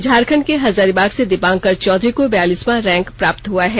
झारखंड के हजारीबाग से दीपांकर चौधरी को बयालीसवां रैंक प्राप्त हआ है